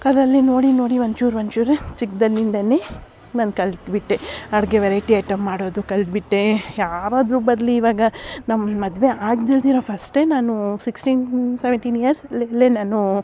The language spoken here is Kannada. ಅದರಲ್ಲಿ ನೋಡಿ ನೋಡಿ ಒಂಚೂರು ಒಂಚೂರು ಚಿಕ್ದಲ್ಲಿಂದನೆ ನಾನು ಕಲ್ತುಬಿಟ್ಟೆ ಅಡಿಗೆ ವೆರೈಟಿ ಐಟಮ್ ಮಾಡೋದು ಕಲ್ತುಬಿಟ್ಟೆ ಯಾರಾದರೂ ಬರಲಿ ಇವಾಗ ನಮ್ಮ ಮದುವೆ ಆಗ್ದಿಲ್ದಿರೋ ಫಸ್ಟೆ ನಾನು ಸಿಕ್ಸ್ಟೀನ್ ಸೆವೆಂಟಿನ್ ಇಯರ್ಸಲ್ಲೇ ನಾನು